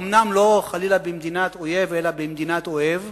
אומנם לא, חלילה, במדינת אויב אלא במדינת אוהב,